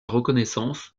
reconnaissance